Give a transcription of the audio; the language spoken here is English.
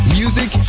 music